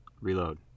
Reload